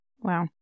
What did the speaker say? Wow